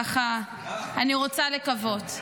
ככה אני רוצה לקוות.